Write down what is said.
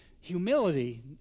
humility